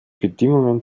bedingungen